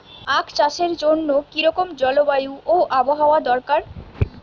আখ চাষের জন্য কি রকম জলবায়ু ও আবহাওয়া দরকার?